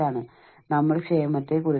ഞാൻ ചില പുസ്തകങ്ങൾ ഉപയോഗിച്ചിട്ടുണ്ട്